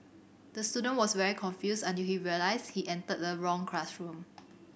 the student was very confused until he realised he entered the wrong classroom